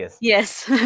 yes